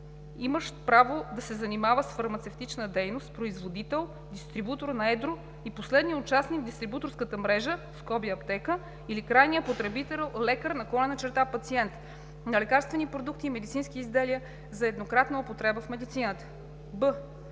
имащ право да се занимава с фармацевтична дейност, производител, дистрибутор на едро и последния участник в дистрибуторската мрежа (аптека) или крайният потребител (лекар/пациент), на лекарствени продукти и медицински изделия за еднократна употреба в медицината. б)